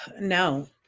No